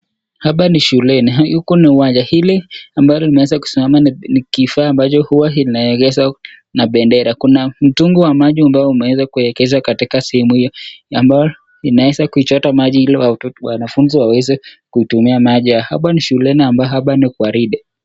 Hapa ni shuleni. Huku ni uwanja hili ambalo limeweza kusimama ni kifaa ambacho huwa inawekeza na bendera. Kuna mtungu wa maji ambao umeweza kuwekewa katika sehemu hiyo. Ambao inaweza kuichota maji ili watoto wanafunzi waweze kuitumia maji. Hapa ni shuleni ambaye hapa ni kwa ridi.